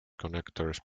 connectors